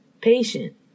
patient